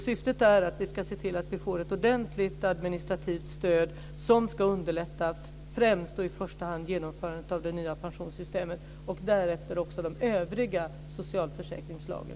Syftet är att vi ska se till att vi får ett ordentligt administrativt stöd som ska underlätta främst genomförandet av det nya pensionssystemet och därefter de övriga socialförsäkringsslagen.